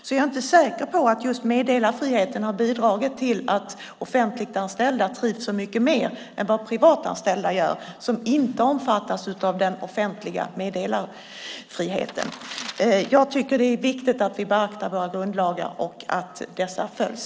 Jag är inte säker på att just meddelarfriheten har bidragit till att offentligt anställda trivs så mycket bättre än vad privatanställda gör som inte omfattas av den offentliga meddelarfriheten. Jag tycker att det är viktigt att vi beaktar våra grundlagar och att dessa följs.